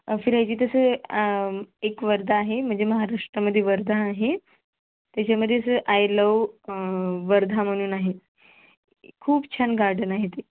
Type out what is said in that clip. फिरायची तसं एक वर्धा आहे म्हणजे महाराष्ट्रामध्ये वर्धा आहे त्याच्यामध्ये असं आय लव वर्धा म्हणून आहे खूप छान गार्डन आहे ते